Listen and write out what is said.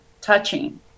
touching